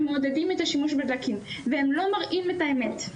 מעודדים את השימוש בדלקים והם לא מראים את האמת.